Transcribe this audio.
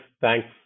Thanks